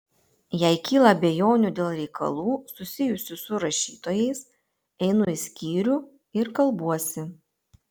jei kyla abejonių dėl reikalų susijusių su rašytojais einu į skyrių ir kalbuosi